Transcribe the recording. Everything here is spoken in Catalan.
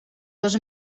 dos